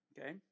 Okay